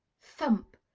thump!